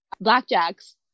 blackjacks